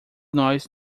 nós